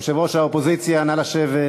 יושב-ראש האופוזיציה, נא לשבת.